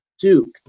Duke